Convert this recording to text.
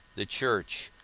the church,